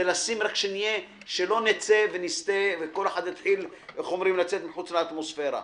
רק צריך שלא נסטה וכל אחד יתחיל לצאת מחוץ לאטמוספירה.